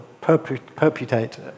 perpetuate